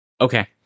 Okay